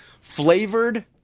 Flavored